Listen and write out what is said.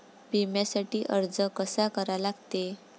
बिम्यासाठी अर्ज कसा करा लागते?